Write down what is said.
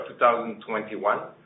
2021